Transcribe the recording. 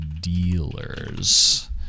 dealers